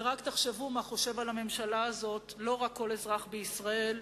ורק תחשבו מה חושב על הממשלה הזאת לא רק כל אזרח בישראל,